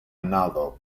another